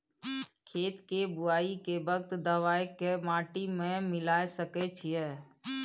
खेत के बुआई के वक्त दबाय के माटी में मिलाय सके छिये?